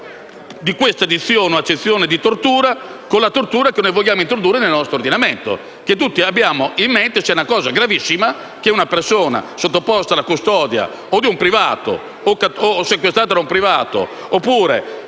tra questa accezione di tortura e la tortura che vogliamo introdurre nel nostro ordinamento, che tutti abbiamo in mente, ossia una cosa gravissima, che una persona sottoposta a custodia, o sequestrata da un privato o